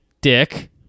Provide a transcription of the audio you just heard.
dick